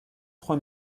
trois